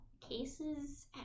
cases